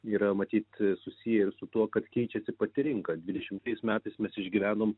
yra matyt susiję su tuo kad keičiasi pati rinka dvidešimtais metais mes išgyvenom